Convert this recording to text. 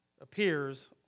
appears